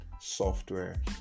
software